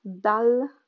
dal